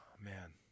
man